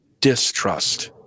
distrust